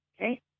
okay